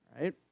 Right